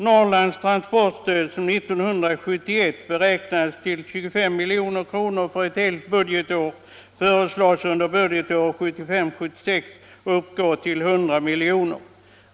Norrlands transportstöd, som 1971 beräknades till 25 milj.kr. för helt budgetår, föreslås för budgetåret 1975/76 uppgå till 100 milj.kr.